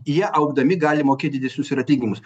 jie augdami gali mokėt didesnius ir atlyginimus